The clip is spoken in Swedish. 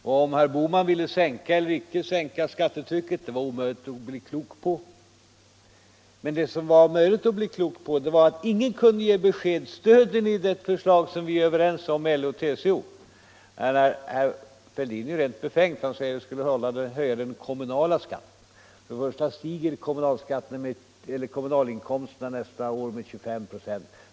Om herr Bohman ville sänka eller icke sänka skattetrycket var det omöjligt att bli klok på. Det enda det var möjligt att bli klok på var att ingen kunde ge besked om huruvida man stödjer det förslag vi är överens med LO och TCO om. Herr Fälldins svar är rent befängt, när han säger att man skall höja den kommunala skatten. För det första stiger kommunalinkomsterna nästa år med närmare 25 "6.